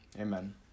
Amen